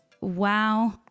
Wow